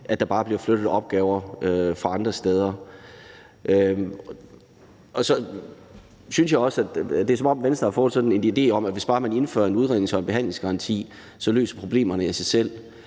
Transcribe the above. at der bare bliver flyttet opgaver fra andre steder. Så synes jeg også, at det er, som om Venstre har fået sådan en idé om, at hvis bare man indfører en udrednings- og behandlingsgaranti, løser problemerne sig selv.